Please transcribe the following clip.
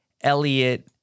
Elliot